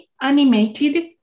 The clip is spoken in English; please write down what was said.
animated